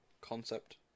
concept